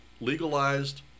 legalized